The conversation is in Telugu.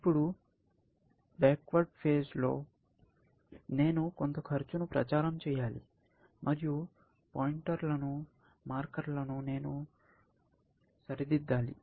ఇప్పుడు వెనుకబడిన దశలో నేను కొత్త ఖర్చును ప్రచారం చేయాలి మరియు పాయింటర్లను మార్కర్లను నేను సరిదిద్దాలి